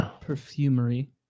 Perfumery